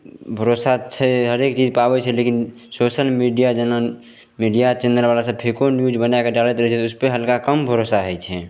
भरोसा छै हरेक चीज पाबै छै लेकिन सोशल मीडिया जेना मीडिया चैनल बला सभ फेक न्यूज बनाकऽ डालैत रहै छै उसपे हल्का कम भरोसा होइ छै